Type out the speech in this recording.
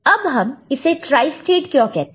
अब हम इसे ट्राइस्टेट क्यों कहते हैं